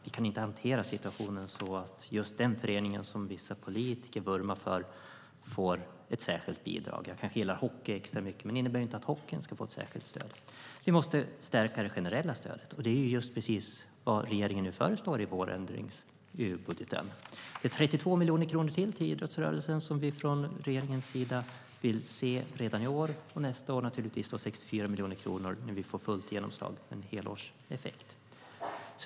Vi kan inte hantera situationen på så vis att just en förening som vissa politiker vurmar för får ett särskilt bidrag. Jag kanske gillar hockey extra mycket, men det innebär inte att hockeyn ska få ett särskilt stöd. Vi måste stärka det generella stödet, och det är precis vad regeringen föreslår i vårändringsbudgeten. Det blir ytterligare 32 miljoner kronor till idrottsrörelsen som regeringen vill se redan i år och 64 miljoner kronor nästa år, när vi får fullt genomslag och en helårseffekt.